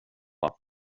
bara